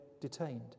detained